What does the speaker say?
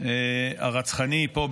הרצחני פה,